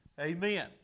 Amen